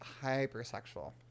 hypersexual